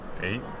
Eight